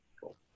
Cool